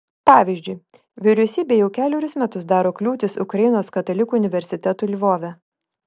pavyzdžiui vyriausybė jau kelerius metus daro kliūtis ukrainos katalikų universitetui lvove